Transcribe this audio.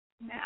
Now